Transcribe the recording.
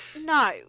no